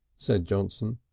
said johnson.